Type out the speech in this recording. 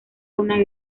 una